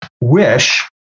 wish